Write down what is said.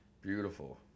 Beautiful